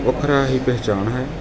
ਵੱਖਰਾ ਹੀ ਪਹਿਚਾਣ ਹੈ